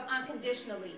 unconditionally